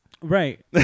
right